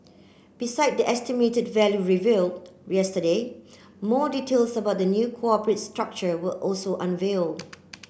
besides the estimated value revealed yesterday more details about the new corporate structure were also unveiled